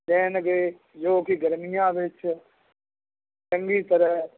ਦੇਣਗੇ ਜੋ ਕਿ ਗਰਮੀਆਂ ਵਿੱਚ ਚੰਗੀ ਤਰ੍ਹਾਂ